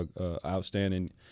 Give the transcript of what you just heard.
outstanding